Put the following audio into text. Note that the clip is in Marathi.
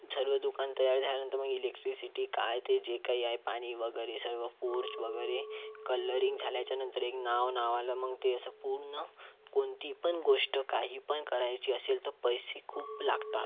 सर्व दुकान तयार झाल्यानंतर मग इलेक्ट्रिसिटी काय ते जे काही आहे पाणी वगैरे सर्व पोर्च वगैरे कलरिंग झाल्याच्यानंतर एक नाव नावाला मग ते असं पूर्ण कोणती पण गोष्ट काही पण करायची असेल तर पैसे खूप लागतात